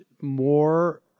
more